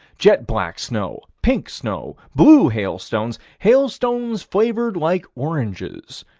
jet-black snow pink snow blue hailstones hailstones flavored like oranges.